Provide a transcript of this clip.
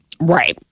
Right